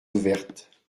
ouvertes